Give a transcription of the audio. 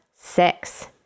six